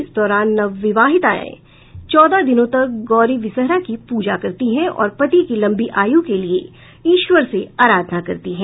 इस दौरान नव विवाहिताएं चौदह दिनों तक गौरी विसहरा की पूजा करती है और पति की लंबी आयु के लिए ईश्वर से अराधना करती हैं